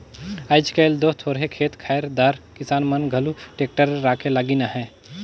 आएज काएल दो थोरहे खेत खाएर दार किसान मन घलो टेक्टर राखे लगिन अहे